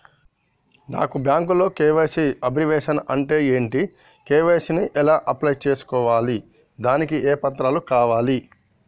నాకు బ్యాంకులో KYC abbreviation అంటే ఏంటి కే.వై.సీ ని ఎలా అప్లై చేసుకోవాలి దానికి ఏ పత్రాలు కావాలి?